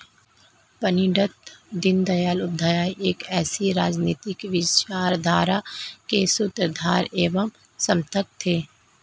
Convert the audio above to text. पण्डित दीनदयाल उपाध्याय एक ऐसी राजनीतिक विचारधारा के सूत्रधार एवं समर्थक थे